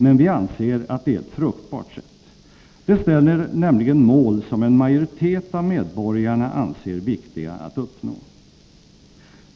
Men vi anser att det är ett fruktbart sätt. Det ställer nämligen upp mål som en majoritet av medborgarna anser viktiga att uppnå.